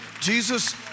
Jesus